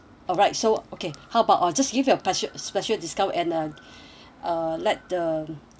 alright so okay how about uh I'll just give your spec~ special discount and uh uh let the